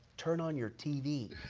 turn on your tv.